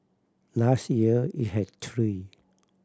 last year it had three